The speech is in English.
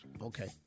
Okay